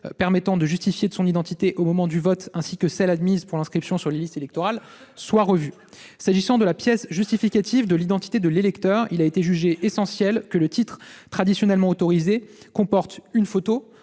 permettant de justifier de son identité au moment du vote, ainsi que celles qui sont admises pour l'inscription sur les listes électorales. S'agissant de la pièce justificative de l'identité de l'électeur, il a été jugé essentiel que le titre traditionnellement autorisé comporte une